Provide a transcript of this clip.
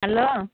hello